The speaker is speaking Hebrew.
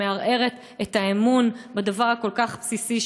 שמערערת את האמון בדבר הכל-כך בסיסי,